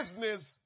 business